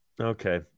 Okay